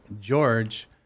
george